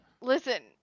Listen